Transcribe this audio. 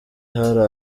hari